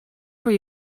van